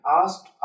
asked